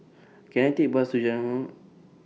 Can I Take Bus to Jalan